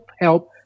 help